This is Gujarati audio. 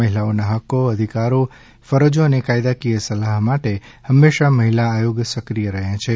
મહિલાઓના હક્કો અધિકારો ફરજો અને કાયદાકીય સલાહ માટે હંમેશા મહિલા આયોગ સ્રકિય રહેછે